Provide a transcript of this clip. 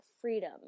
freedom